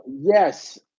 yes